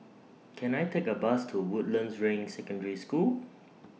Can I Take A Bus to Woodlands Ring Secondary School